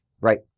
right